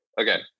Okay